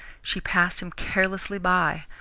she passed him carelessly by,